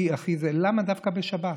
למה דווקא בשבת?